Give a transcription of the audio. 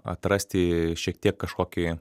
atrasti šiek tiek kažkokį